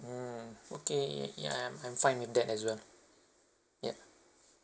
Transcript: mm okay yeah I'm fine with that as well yeah